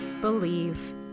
believe